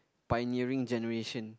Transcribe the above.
pioneering generation